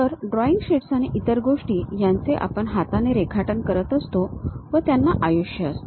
तर drawing sheets आणि इतर गोष्टी यांचे आपण हाताने रेखाटन करत असतो व त्यांना आयुष्य असते